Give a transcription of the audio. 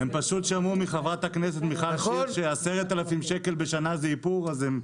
זאת אומרת, יש הגדרה של יצרן ברגולציה האירופית,